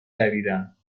دویدم